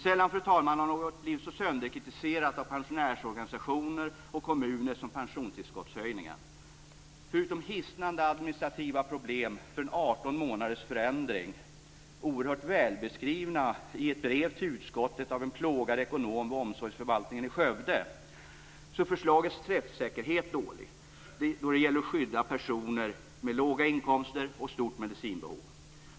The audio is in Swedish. Sällan har, fru talman, något blivit så sönderkritiserat av pensionärsorganisationer och kommuner som pensionstillskottshöjningen. Förutom hisnande administrativa problem för en 18 månaders förändring, oerhört välbeskrivna i ett brev till utskottet av en plågad ekonom vid omsorgsförvaltningen i Skövde, är förslagets träffsäkerhet dålig då det gäller att skydda personer med låga inkomster och stort medicinbehov.